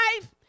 life